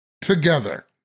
together